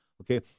Okay